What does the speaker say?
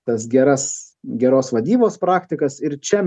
tas geras geros vadybos praktikas ir čia